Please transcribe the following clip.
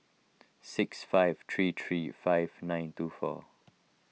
six five three three five nine two four